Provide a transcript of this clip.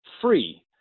free